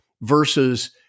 Versus